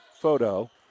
photo